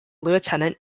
lieutenant